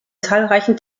zahlreichen